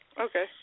Okay